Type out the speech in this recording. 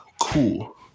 Cool